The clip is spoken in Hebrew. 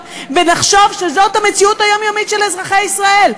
ונחשוב שזאת המציאות היומיומית של אזרחי ישראל,